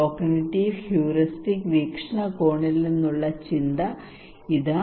cognitive heuristic വീക്ഷണകോണിൽ നിന്നുള്ള ചിന്ത ഇതാ